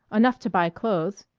enough to buy clothes.